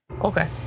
okay